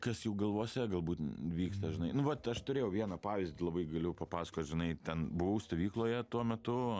kas jų galvose galbūt vyksta žinai nu vat aš turėjau vieną pavyzdį labai galiu papasakot žinai ten buvau stovykloje tuo metu